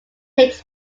takes